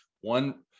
one